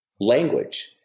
language